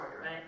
right